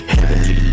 Heavenly